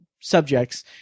subjects